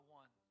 one